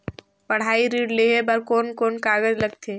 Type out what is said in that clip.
पढ़ाई ऋण लेहे बार कोन कोन कागज लगथे?